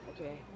Okay